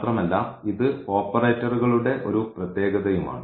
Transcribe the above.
മാത്രമല്ല ഇത് ഓപ്പറേറ്റർകളുടെ ഒരു പ്രത്യേകതയുമാണ്